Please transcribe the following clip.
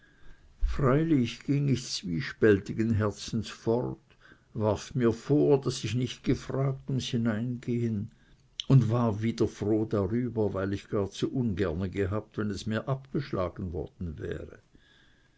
freilich ging ich zweispaltigen herzens fort warf mir vor daß ich nicht gefragt ums hineingehen und war wieder froh darüber weil ich gar zu ungerne gehabt wenn es mir abgeschlagen worden wäre